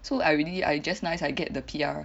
so I really I just nice I get the P_R